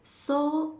so